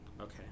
Okay